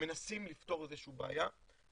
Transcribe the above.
מנסים לפתור איזו שהיא בעיה,